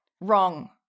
Wrong